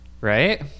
Right